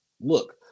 look